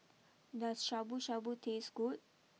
does Shabu Shabu taste good